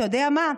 אתה יודע מה,